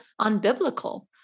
unbiblical